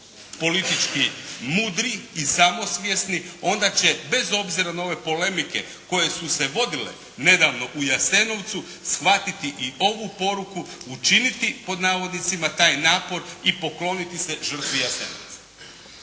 politički mudri i samosvjesni onda će bez obzira na ove polemike koje su se vodile nedavno u Jasenovcu shvatiti i ovu poruku, učiniti taj "napor" i pokloniti se žrtvi Jasenovca